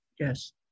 Yes